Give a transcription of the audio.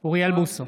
אוריאל בוסו,